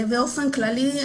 באופן כללי,